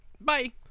Bye